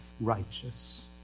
righteous